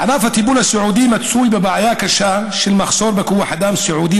ענף הטיפול הסיעודי מצוי בבעיה קשה של מחסור בכוח אדם סיעודי